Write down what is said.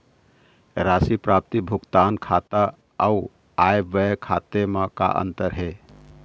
राशि प्राप्ति भुगतान खाता अऊ आय व्यय खाते म का अंतर हे?